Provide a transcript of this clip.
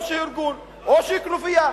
או שהיא ארגון או שהיא כנופיה.